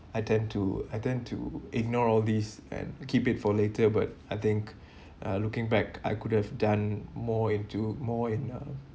I tend to I tend to ignore all these and keep it for later but I think uh looking back I could have done more into more in uh